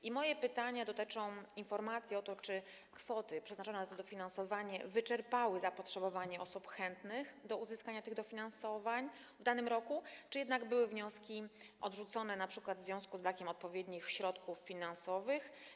I moje pytania dotyczą informacji, czy kwoty przeznaczone na to dofinansowanie wyczerpały zapotrzebowanie osób chętnych na uzyskanie tych dofinansowań w danym roku, czy jednak były odrzucone wnioski, np. w związku z brakiem odpowiednich środków finansowych.